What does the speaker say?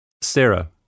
Sarah